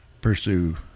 pursue